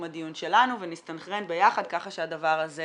הדיון שלנו ונסתנכרן ביחד ככה שהדבר הזה